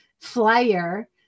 flyer